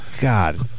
God